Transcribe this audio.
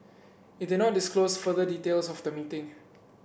it did not disclose further details of the meeting